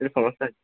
কিছু সমস্যা হচ্ছে